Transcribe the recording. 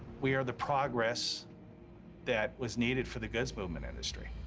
we are the progress that was needed for the goods movement industry.